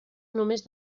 només